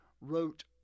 wrote